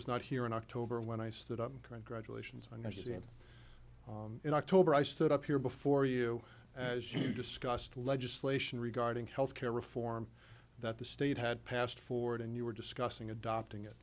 was not here in october when i stood up congratulations and see him in october i stood up here before you as you discussed legislation regarding health care reform that the state had passed forward and you were discussing adopting it